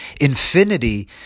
infinity